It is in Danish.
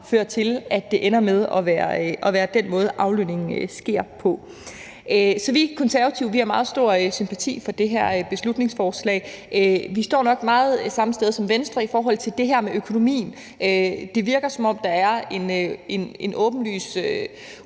føre til, at det ender med at være den nævnte måde, aflønningen sker på. Så vi har i Konservative meget stor sympati for det her beslutningsforslag. Vi står nok meget samme sted som Venstre i forhold til det her med økonomien. Det virker, som om der er en åbenlys